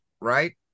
right